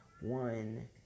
one